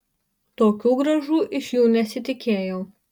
tokių grąžų iš jų nesitikėjau